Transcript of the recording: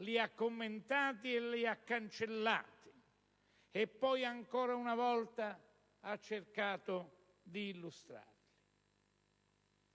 li ha commentati e li ha cancellati; poi, ancora una volta, ha cercato di illustrarli.